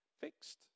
fixed